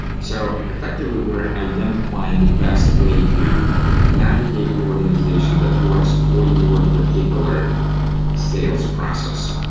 so, effectively, we're identifying the best way to navigate organization that works for your particular sales process.